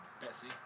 Bessie